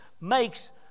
makes